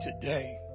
today